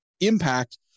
impact